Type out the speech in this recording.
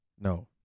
no